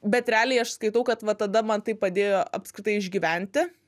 bet realiai aš skaitau kad va tada man tai padėjo apskritai išgyventi